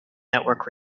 network